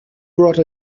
brought